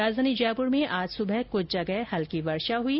राजधानी जयपूर में आज सुबह कुछ जगह हल्की वर्षा हुई